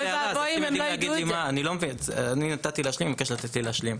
אני מבקש להשלים.